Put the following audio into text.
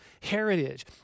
heritage